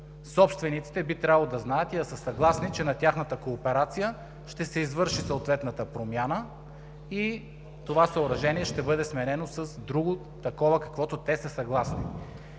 Собствениците би трябвало да знаят и да са съгласни, че на тяхната кооперация ще се извърши съответната промяна и това съоръжение ще бъде сменено с друго такова, с каквото те са съгласни.